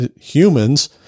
humans